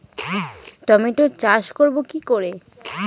টমেটোর চাষ করব কি করে?